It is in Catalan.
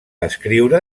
escriure